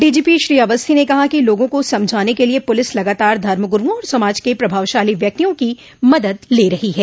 DGP Shri Awasthi ने कहा कि लोगों को समझाने के लिए पुलिस लगातार धर्मगुरुओं और समाज के प्रभावशाली व्यक्तियों की मदद ले रही है